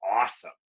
awesome